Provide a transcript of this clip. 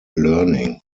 learning